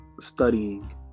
studying